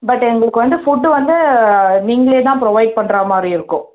but எங்களுக்கு வந்து food வந்து நீங்களேதான் ப்ரொவைட் பண்ணுற மாதிரி இருக்கும்